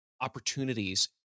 opportunities